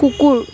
কুকুৰ